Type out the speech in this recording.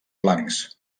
blancs